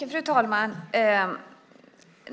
Fru talman!